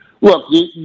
Look